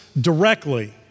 directly